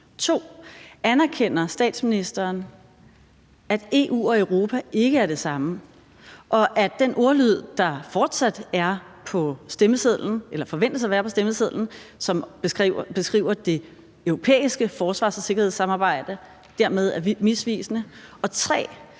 2) Anerkender statsministeren, at EU og Europa ikke er det samme, og at den ordlyd, der fortsat forventes at være på stemmesedlen, som beskriver det europæiske forsvars- og sikkerhedssamarbejde, dermed er misvisende? 3)